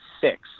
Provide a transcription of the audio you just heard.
six